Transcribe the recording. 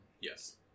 Yes